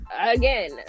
again